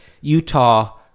Utah